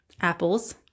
apples